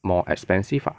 more expensive lah